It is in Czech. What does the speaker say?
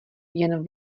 jen